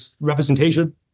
representation